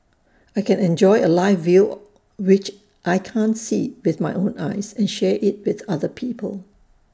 I can enjoy A live view which I can't see with my own eyes and share IT with other people